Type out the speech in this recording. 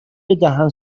دهن